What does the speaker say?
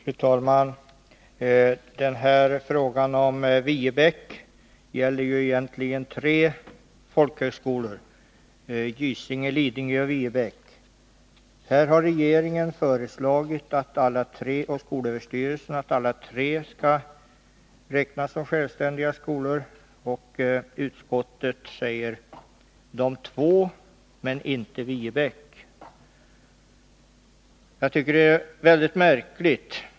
Fru talman! Frågan om Viebäck gäller ju egentligen tre folkhögskolor — Gysinge, Lidingö och Viebäck. Skolöverstyrelsen och regeringen har föreslagit att alla tre skall räknas som självständiga skolor, och utskottet säger att detta skall gälla två av dem men inte Viebäck. Jag tycker att detta är mycket märkligt.